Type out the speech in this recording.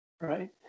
right